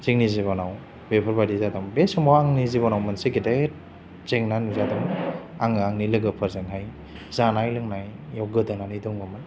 जोंनि जिब'नाव बेफोर बायदि जादों बे समाव आंनि जिब'नाव मोनसे गेदेर जेंना नुजादों आङो आंनि लोगोफोरजोंहाय जानाय लोंनायाव गोदोनानै दङमोन